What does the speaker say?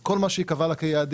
כל מה שהיא קבעה לה כיעדים,